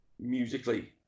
musically